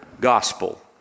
gospel